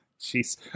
Jeez